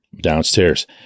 downstairs